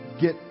get